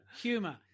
humor